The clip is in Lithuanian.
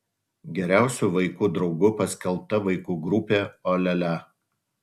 geriausiu vaikų draugu paskelbta vaikų grupė o lia lia